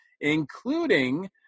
including